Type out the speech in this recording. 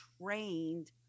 trained